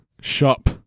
shop